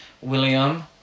William